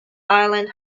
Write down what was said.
island